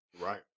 Right